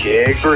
Kick